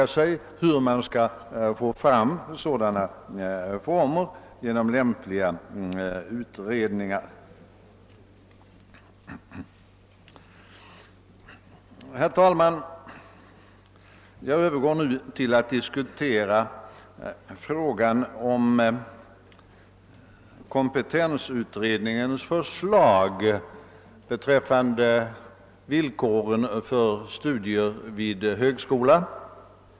Herr talman! Jag övergår nu till att diskutera kompetensutredningens förslag beträffande villkoren för studier vid högskola.